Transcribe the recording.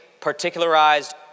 particularized